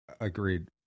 Agreed